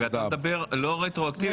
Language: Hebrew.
אתה מדבר לא רטרואקטיבית.